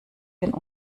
denn